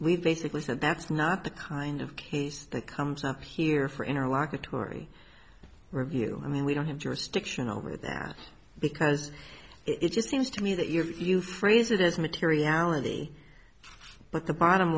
we've basically said that's not the kind of case that comes up here for interlocutory review i mean we don't have jurisdiction over that because it just seems to me that you you phrase it as materiality but the bottom